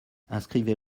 inscrivez